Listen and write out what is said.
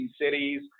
cities